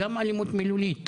גם אלימות מילולית,